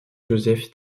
joseph